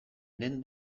den